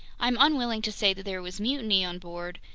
i'm unwilling to say that there was mutiny on board,